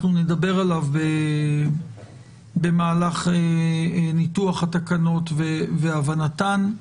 אנחנו נדבר עליו במהלך ניתוח התקנות והבנתן.